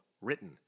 written